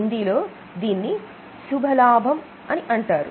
హిందీలో దీన్ని శుభ లాభం అని అంటారు